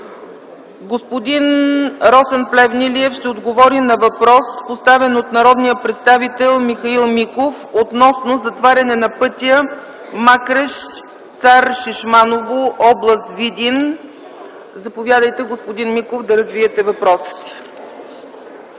Господин Росен Плевнелиев ще отговори на въпрос, поставен от народния представител Михаил Миков, относно затваряне на пътя Макреш-Цар Шишманово, област Видин. Господин Миков, заповядайте да развиете въпроса си.